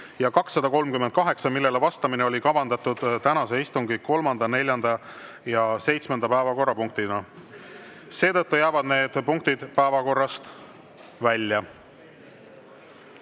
ja 238, millele vastamine oli kavandatud tänase istungi kolmanda, neljanda ja seitsmenda päevakorrapunktina. Seetõttu jäävad need punktid päevakorrast välja. Head